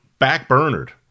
backburnered